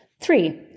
Three